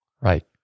Right